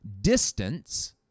Distance